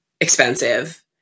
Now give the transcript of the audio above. expensive